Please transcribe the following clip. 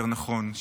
יותר נכון,